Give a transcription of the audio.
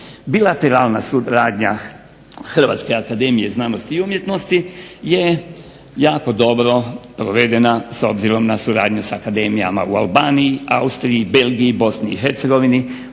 Bilateralna suradnja Hrvatske akademije znanosti i umjetnosti je jako dobro provedena s obzirom na suradnju s akademijama u Albaniji, Austriji, Belgiji, Bosni i Hercegovini,